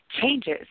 changes